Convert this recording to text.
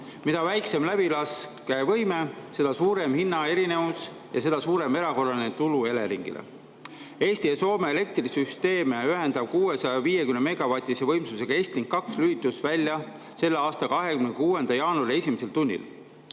Mida väiksem läbilaskevõime, seda suurem hinnaerinevus ja seda suurem erakorraline tulu Eleringile. Eesti ja Soome elektrisüsteeme ühendav 650‑megavatise võimsusega Estlink 2 lülitus välja selle aasta 26. jaanuari esimesel tunnil.